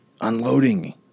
unloading